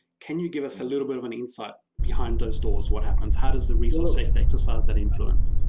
can you give us a little bit of an insight behind those doors? what happens? how does the resource sector exercise that influence?